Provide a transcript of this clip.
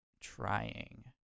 trying